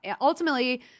ultimately